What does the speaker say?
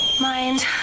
mind